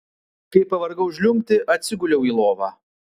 kai pavargau žliumbti atsiguliau į lovą